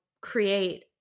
create